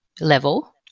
level